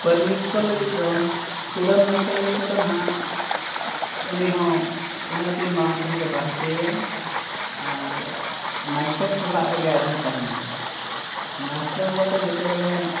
ᱯᱟᱨᱟᱱᱤᱠ ᱠᱚ ᱞᱟᱹᱜᱤᱫ ᱫᱚ ᱠᱩᱰᱟᱹᱢ ᱱᱟᱭᱠᱮ ᱞᱟᱹᱜᱤᱫ ᱛᱮᱫᱚ ᱱᱟᱦᱟᱜ ᱩᱱᱤᱦᱚᱸ ᱩᱱᱟᱹᱜ ᱫᱤᱱ ᱢᱟᱲᱟᱝ ᱠᱷᱚᱱᱜᱮ ᱵᱟᱨ ᱦᱚᱪᱚᱭᱮᱭᱟᱭ ᱟᱨ ᱱᱟᱭᱠᱮ ᱥᱟᱞᱟᱜ ᱨᱮᱜᱮ ᱟᱡᱦᱚᱸᱭ ᱛᱟᱦᱮᱱᱟ ᱱᱟᱭᱠᱮ ᱵᱟᱵᱟ ᱫᱚ ᱡᱮᱛᱮ ᱵᱮᱲᱮ